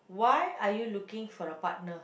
why are you looking for a partner